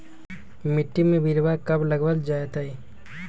मिट्टी में बिरवा कब लगवल जयतई?